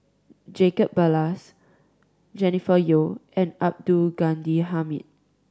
Jacob Ballas Jennifer Yeo and Abdul Ghani Hamid